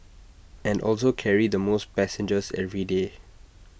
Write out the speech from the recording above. and also carry the most passengers every day